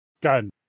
gun